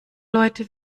leute